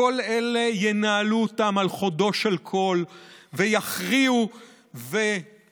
את כל אלה ינהלו על חודו של קול ויכריעו וינסו